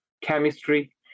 chemistry